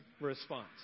response